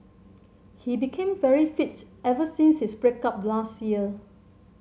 he became very fits ever since his break up last year